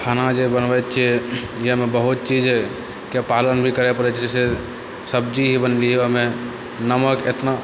खाना जे बनबै छिए ओहिमे बहुत चीजके पालन भी करै पड़ै छै जइसे सब्जी बनबिऔ ओहिमे नमक एतना